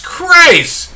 Christ